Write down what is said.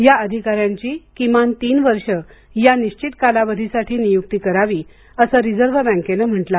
या अधिकाऱ्यांची किमान तीन वर्ष या निश्वित कालावधीसाठी नियुक्ती करावी असं रिझर्व्ह बँकेनं म्हटलं आहे